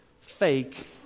fake